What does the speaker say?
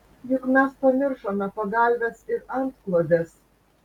juk mes pamiršome pagalves ir antklodes